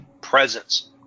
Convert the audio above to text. presence